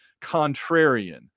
contrarian